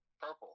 Purple